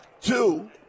Two